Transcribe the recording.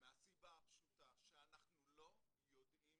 מהסיבה הפשוטה שאנחנו לא יודעים